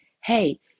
hey